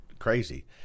Crazy